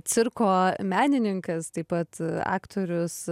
cirko menininkas taip pat aktorius